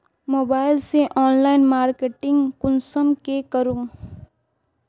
Mobile से online marketing कुंसम के करूम?